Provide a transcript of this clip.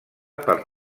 per